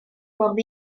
bwrdd